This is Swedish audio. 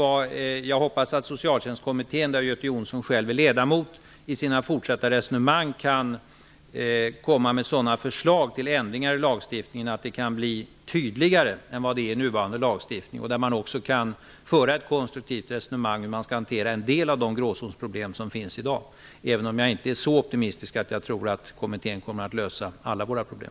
Men jag hoppas att Socialtjänstkommittén, där Göte Jonsson själv är ledamot, i sina fortsatta resonemang kan komma med sådana förslag till ändringar i lagstiftningen att detta kan bli tydligare än det är i nuvarande lagstiftning. Jag hoppas också att man skall kunna föra ett konstruktivt resonemang om hur man skall hantera en del av de gråzonsproblem som finns i dag, även om jag inte är så optimistisk att jag tror att kommittén kommer att lösa alla våra problem.